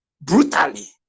brutally